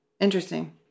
Interesting